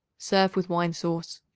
serve with wine sauce.